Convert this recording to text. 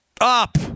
up